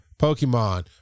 Pokemon